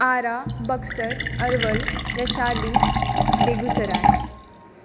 Ara Buxar Arwal Vaishali Begusarai